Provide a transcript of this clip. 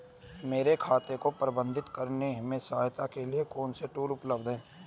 मेरे खाते को प्रबंधित करने में सहायता के लिए कौन से टूल उपलब्ध हैं?